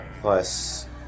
plus